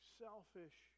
selfish